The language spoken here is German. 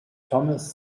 thomas